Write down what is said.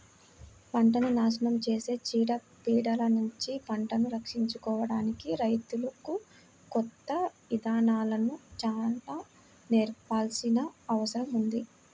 పంటను నాశనం చేసే చీడ పీడలనుంచి పంటను రక్షించుకోడానికి రైతులకు కొత్త ఇదానాలను చానా నేర్పించాల్సిన అవసరం ఉంది